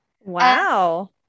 Wow